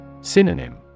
Synonym